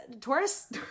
Taurus